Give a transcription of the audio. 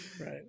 right